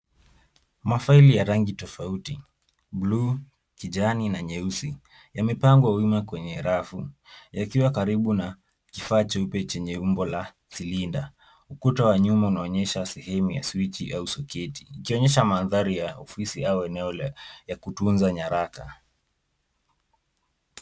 Mafaili ya rangi tofauti. Bluu, kijani na nyeusi. Yamepangwa wima kwenye rafu yakiwa karibu na kifaaa cheupe chenye umbo la silinda. Ukuta wa nyuma unaonyesha sehemu ya swichi au soketi ikionyesha mandhari ya ofisi ama maeneo ya kutunza nyaraka.